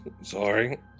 Sorry